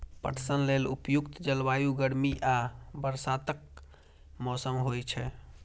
पटसन लेल उपयुक्त जलवायु गर्मी आ बरसातक मौसम होइ छै